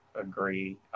agree